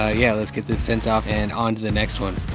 ah yeah, let's get this sent off and on to the next one.